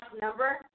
Number